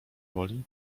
woli